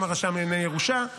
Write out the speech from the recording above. גם הרשם לענייני ירושה,